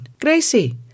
Gracie